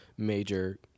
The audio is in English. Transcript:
Major